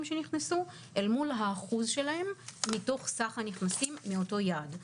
שנכנסו אל מול האחוז שלהם מתוך סך הנכנסים מאותו יעד.